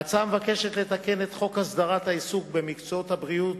ההצעה מבקשת לתקן את חוק הסדרת העיסוק במקצועות הבריאות,